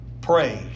praise